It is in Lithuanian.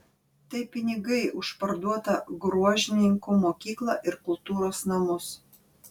tai pinigai už parduotą gruožninkų mokyklą ir kultūros namus